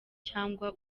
cyangwa